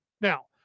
Now